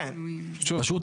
פשוט,